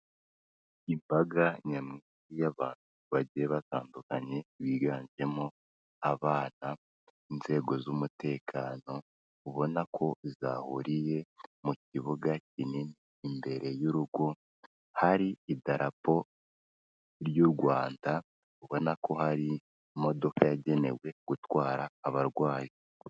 Imbaga nyamwinshi y'abantu bagiye batandukanye biganjemo abana, inzego z'umutekano, ubona ko zahuriye mu kibuga kinini imbere y'urugo, hari idarapo ry'u Rwanda, ubona ko hari imodoka yagenewe gutwara abarwayi.